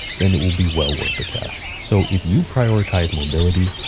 then it will be well worth the cash. so, if you prioritize mobility,